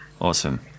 awesome